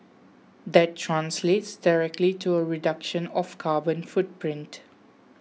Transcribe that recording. that translates directly to a reduction of carbon footprint